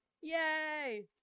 Yay